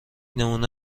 نمونه